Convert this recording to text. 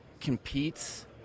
competes